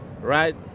right